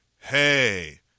Hey